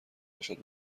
باشد